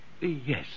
Yes